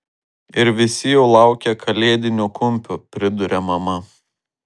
ir visi jau laukia kalėdinių kumpių priduria mama